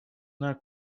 not